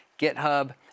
GitHub